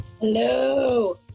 Hello